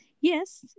Yes